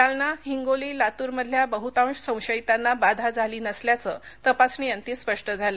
जालना हिंगोली लातूर मधल्या बहुतांश संशयितांना बाधा झाली नसल्याचं तपासणीअंती स्पष्ट झालं